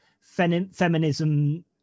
feminism